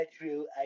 true